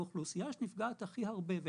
האוכלוסייה שנפגעת הכי הרבה,